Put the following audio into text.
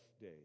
day